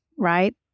Right